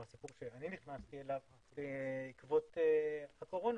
הסיפור שאני נכנסתי אליו בעקבות הקורונה,